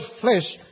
flesh